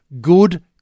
good